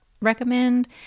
recommend